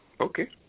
Okay